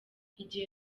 igihe